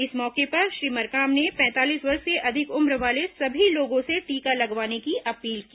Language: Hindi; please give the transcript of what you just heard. इस मौके पर श्री मरकाम ने पैंतालीस वर्ष से अधिक उम्र वाले सभी लोगों से टीका लगवाने की अपील की